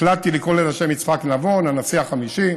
החלטתי לקרוא לה על שם יצחק נבון, הנשיא החמישי,